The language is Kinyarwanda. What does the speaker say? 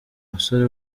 musore